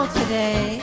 today